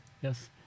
Yes